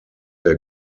der